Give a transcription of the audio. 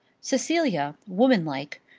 cecilia, womanlike,